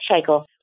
cycle